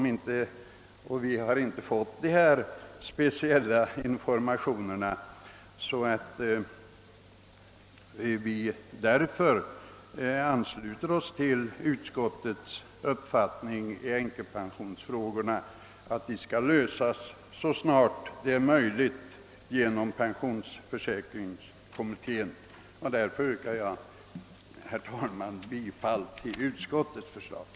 Vi har alltså inte fått dessa speciella informationer. Vi har för vår del utgått ifrån att pen sionsförsäkringskommittén kommer att pröva de i motionerna berörda änkepensionsfrågorna. Herr talman! Jag ber att få yrka bifall till utskottets hemställan.